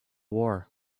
war